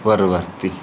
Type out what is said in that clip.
वर्वर्ति